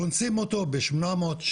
קונסים אותו בשמונה מאות,